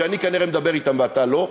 שאני כנראה מדבר אתם ואתה לא,